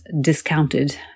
discounted